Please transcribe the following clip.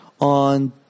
on